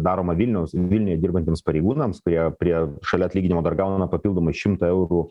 daroma vilniaus vilniuj dirbantiems pareigūnams kurie prie šalia atlyginimo dar gauna papildomai šimtą eurų